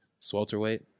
Swelterweight